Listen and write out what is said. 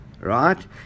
Right